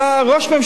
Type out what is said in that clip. הוא לא היה